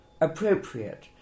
appropriate